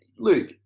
Look